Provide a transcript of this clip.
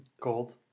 Gold